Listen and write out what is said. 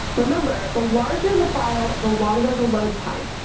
remember the larger the file, the longer the load time.